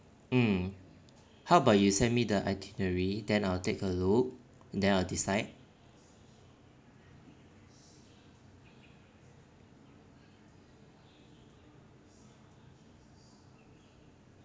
mm how about you send me the itinerary then I'll take a look and then I'll decide